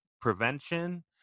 prevention